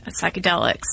psychedelics